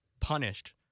punished